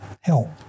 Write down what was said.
help